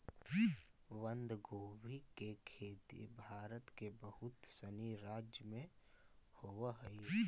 बंधगोभी के खेती भारत के बहुत सनी राज्य में होवऽ हइ